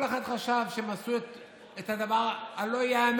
כל אחד חשב שהם עשו את הדבר הלא-ייאמן,